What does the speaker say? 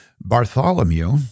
Bartholomew